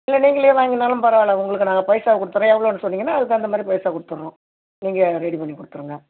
இல்லை நீங்களே வாங்கினாலும் பரவாயில்ல உங்களுக்கு நாங்கள் பைசா கொடுத்துர்றோம் எவ்வளோன்னு சொன்னீங்கன்னால் அதுக்குத் தகுந்த மாதிரி பைசா கொடுத்துர்றோம் நீங்கள் ரெடி பண்ணி கொடுத்துருங்க